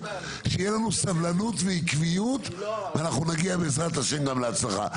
כשיהיו לנו סבלנות ועקביות ואנחנו נגיע בעזרת השם גם להצלחה,